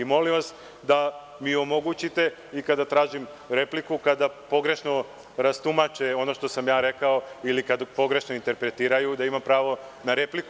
Molim vas da mi omogućite, kada tražim repliku, kada pogrešno rastumače ono što sam ja rekao ili kada pogrešno interpretiraju, da imam pravo na repliku.